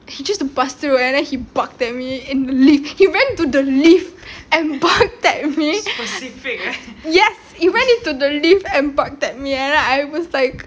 he just busted through and then he barked at me in the lift he went to the lift and barked at me yes it went into the lift and barked at me and then I was like